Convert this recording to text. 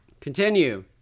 Continue